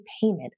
payment